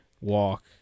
walk